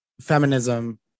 feminism